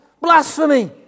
Blasphemy